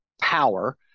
power